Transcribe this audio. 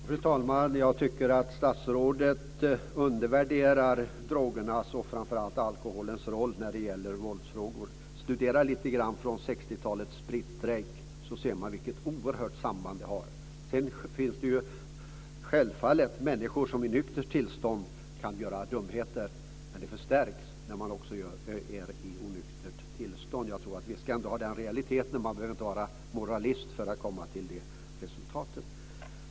Fru talman! Jag tycker att statsrådet undervärderar drogernas och framför allt alkoholens roll när det gäller våldsfrågor. Studerar man 60-talets spritstrejk ser man vilket oerhört samband detta har. Sedan finns det självfallet människor som i nyktert tillstånd kan göra dumheter, men det draget förstärks i onyktert tillstånd. Jag tror att vi ändå ska ha med oss denna realitet. Man behöver inte vara moralist för att komma till det resultatet.